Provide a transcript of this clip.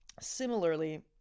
Similarly